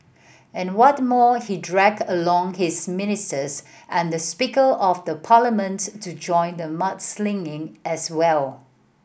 and what more he dragged along his ministers and the Speaker of the Parliament to join the mudslinging as well